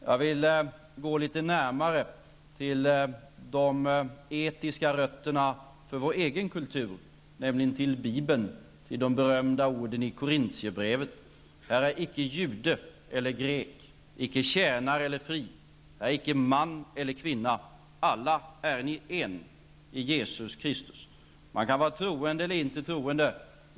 Jag vill gå litet närmare de etiska rötterna för vår egen kultur, nämligen till Bibeln och de berömda orden:''Här är icke jude eller grek, här är icke träl eller fri, här är icke man och kvinna: alla ären I ett i Kristus Jesus.'' Man kan vara troende eller inte troende.